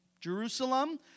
Jerusalem